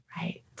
right